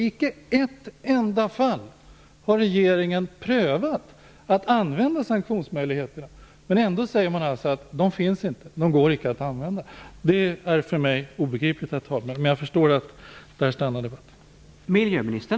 Icke i ett enda fall har regeringen prövat att använda sanktionsmöjligheterna. Ändå säger man att de icke finns och att de icke går att använda. Det är för mig obegripligt, herr talman, men jag förstår att debatten stannar där.